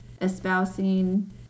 espousing